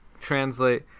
translate